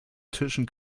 tischen